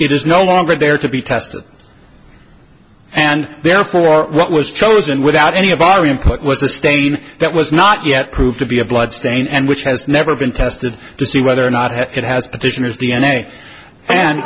it is no longer there to be tested and therefore what was chosen without any of our input was a stain that was not yet proved to be a blood stain and which has never been tested to see whether or not i